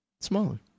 smaller